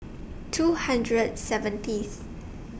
two hundred seventieth